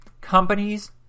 companies